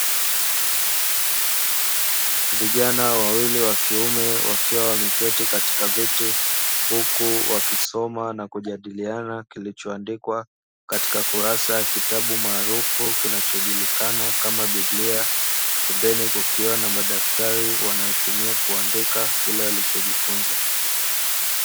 Vijana wawili wa kiume wakiwa wameketi katika viti, huku wakisoma na kujadiliana kilichoandikwa katika kurasa ya kitabu maarufu kinachojulikana kama biblia, pembeni kukiwa na madaftali wanayotumia kuandika kile walichojifunza.